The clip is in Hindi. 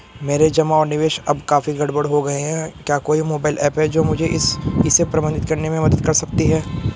मेरे जमा और निवेश अब काफी गड़बड़ हो गए हैं क्या कोई मोबाइल ऐप है जो मुझे इसे प्रबंधित करने में मदद कर सकती है?